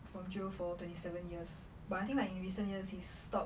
from jail for twenty seven years but I think like in recent years he stopped